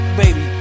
baby